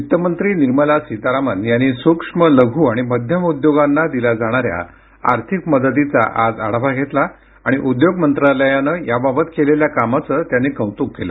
वित्त मंत्री निर्मला सीतारामन यांनी सूक्ष्म लघु आणि मध्यम उद्योगांना दिल्या जाणाऱ्या आर्थिक मदतीचा आज आढावा घेतला आणि उद्योग मंत्रालयानं याबाबत केलेल्या कामाचं त्यांनी कौतुक केलं